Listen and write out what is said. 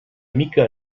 mica